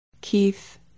Keith